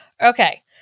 okay